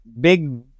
big